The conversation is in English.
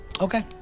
Okay